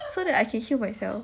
so that I can heal myself